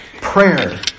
prayer